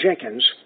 Jenkins